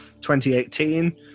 2018